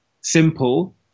simple